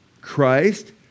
Christ